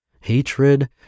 hatred